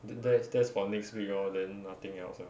that's that's for next week lor then nothing else lah